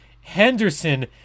Henderson